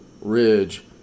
Ridge